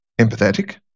empathetic